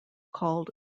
called